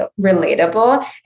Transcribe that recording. relatable